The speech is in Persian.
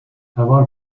هوار